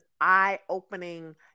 eye-opening